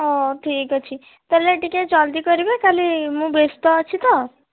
ଠିକ୍ ଅଛି ତାହେଲେ ଟିକେ ଜଲ୍ଦି କରିବେ କାଲି ମୁଁ ବ୍ୟସ୍ତ ଅଛି ତ